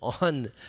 on